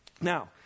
Now